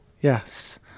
Yes